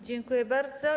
Dziękuję bardzo.